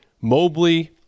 Mobley